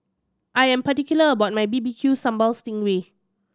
I am particular about my B B Q Sambal sting ray